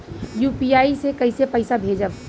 UPI से कईसे पैसा भेजब?